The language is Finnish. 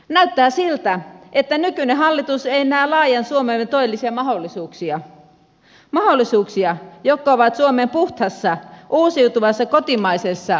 näyttää siltä että nykyinen hallitus ei näe laajan suomemme todellisia mahdollisuuksia mahdollisuuksia jotka ovat suomen puhtaassa uusiutuvassa kotimaisessa luonnossa